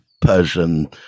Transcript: Persian